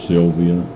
Sylvia